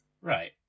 Right